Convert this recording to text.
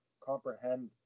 comprehend